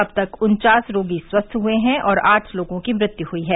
अब तक उन्वास रोगी स्वस्थ हुए हैं और आठ लोगों की मुत्यु हुई है